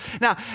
Now